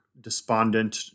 despondent